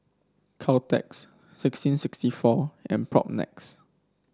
Caltex sixteen sixty four and Propnex